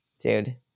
Dude